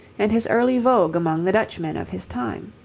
and his early vogue among the dutchmen of his time.